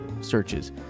searches